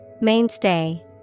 Mainstay